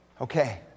Okay